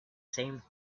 same